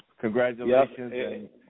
congratulations